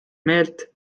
meelt